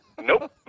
Nope